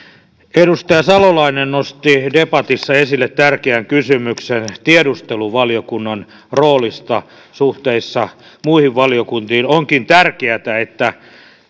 edustaja salolainen nosti debatissa esille tärkeän kysymyksen tiedusteluvaliokunnan roolista suhteessa muihin valiokuntiin onkin tärkeätä että